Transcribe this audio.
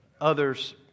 Others